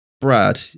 Brad